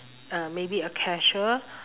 uh maybe a cashier